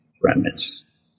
premise